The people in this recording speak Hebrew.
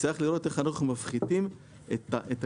ונצטרך לראות איך אנחנו מפחיתים עד כמה